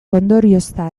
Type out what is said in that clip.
ondoriozta